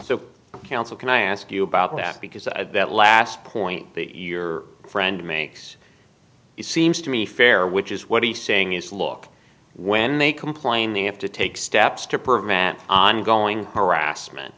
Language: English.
counsel can i ask you about that because at that last point your friend makes it seems to me fair which is what he's saying is look when they complain they have to take steps to prevent ongoing harassment